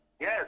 Yes